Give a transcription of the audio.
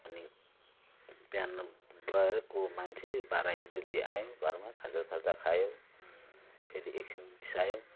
अनि बिहान गएको मान्छे बाह्र एक बजे आयो घरमा खाजा साजा खायो फेरि एकछिन बिसायो